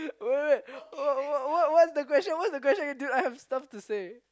wait wait wait wait what what what's the question what's the question you do I have stuff to say